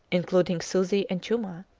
including susi and chuma,